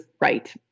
right